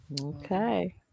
okay